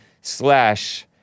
slash